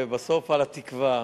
ובסוף על התקווה.